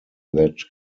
that